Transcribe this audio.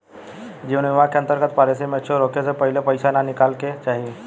जीवन बीमा के अंतर्गत पॉलिसी मैच्योर होखे से पहिले पईसा ना निकाले के चाही